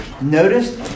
Notice